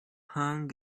hung